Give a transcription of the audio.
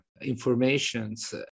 informations